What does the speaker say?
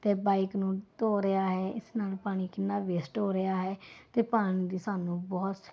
ਅਤੇ ਬਾਈਕ ਨੂੰ ਧੋ ਰਿਹਾ ਹੈ ਇਸ ਨਾਲ ਪਾਣੀ ਕਿੰਨਾ ਵੇਸਟ ਹੋ ਰਿਹਾ ਹੈ ਅਤੇ ਪਾਣੀ ਦੀ ਸਾਨੂੰ ਬਹੁਤ